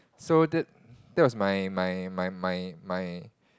so that that was my my my my my my